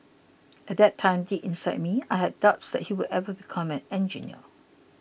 at that time deep inside me I had doubts that he would ever become an engineer